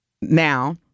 now